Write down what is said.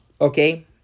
Okay